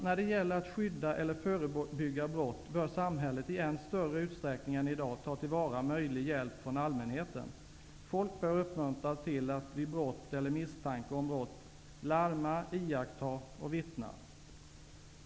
När det gäller att skydda mot eller förebygga brott bör samhället i än större utsträckning än i dag ta till vara möjlig hjälp från allmänheten. Folk bör uppmuntras till att vid brott eller misstanke om brott: Larma -- Iaktta -- Vittna!